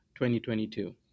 2022